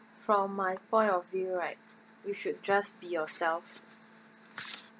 from my point of view right you should just be yourself